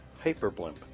hyperblimp